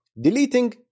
deleting